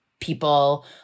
people